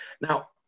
Now